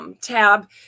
Tab